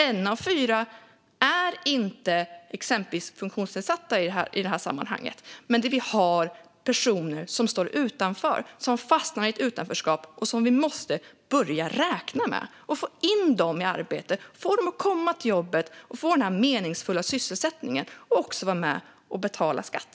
En av fyra är inte exempelvis funktionsnedsatt i det här sammanhanget, men vi har personer som står utanför, som fastnar i ett utanförskap och som vi måste börja räkna med. Vi måste få in dem i arbete, få dem att komma till jobbet så att de får en meningsfull sysselsättning och också får vara med och betala skatt.